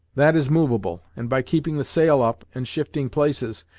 that is moveable, and by keeping the sail up, and shifting places,